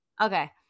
okay